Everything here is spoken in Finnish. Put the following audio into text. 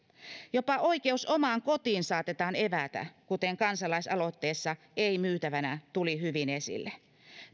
jopa oikeus omaan kotiin saatetaan evätä kuten kansalaisaloitteessa ei myytävänä tuli hyvin esille